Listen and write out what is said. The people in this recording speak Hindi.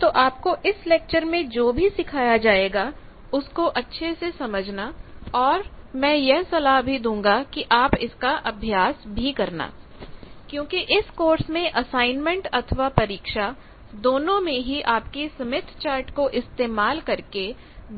तो आपको इस लेक्चर में जो भी सिखाया जाएगा उसको अच्छे से समझना और मैं यह सलाह भी दूंगा कि आप इसका अभ्यास भी करना क्योंकि इस कोर्स में असाइनमेंट अथवा परीक्षा दोनों में ही आपकी स्मिथ चार्ट को इस्तेमाल करके